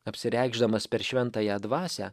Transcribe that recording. apsireikšdamas per šventąją dvasią